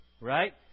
right